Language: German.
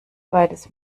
beides